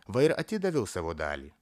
va ir atidaviau savo dalį